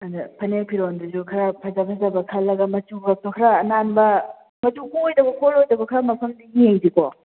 ꯑꯗ ꯐꯅꯦꯛ ꯐꯤꯔꯣꯟꯗꯨꯁꯨ ꯈꯔ ꯐꯖ ꯐꯖꯕ ꯈꯜꯂꯒ ꯃꯆꯨꯒꯗꯨ ꯈꯔ ꯑꯅꯥꯟꯕ ꯃꯆꯨ ꯀꯣꯛ ꯑꯣꯏꯗꯕ ꯈꯣꯠꯂꯣꯏꯗꯕ ꯈꯔ ꯃꯐꯝꯗꯣ ꯌꯦꯡꯁꯤꯀꯣ